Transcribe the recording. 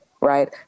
right